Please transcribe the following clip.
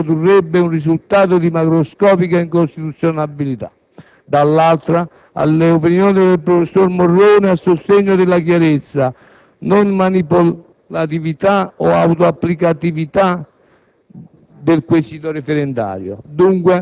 del *referendum*, che in questo caso produrrebbe un risultato di macroscopica incostituzionalità. Si pensi, d'altra parte, alle opinioni del professor Morrone a sostegno della chiarezza, della non manipolatività o dell'autoapplicatività